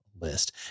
List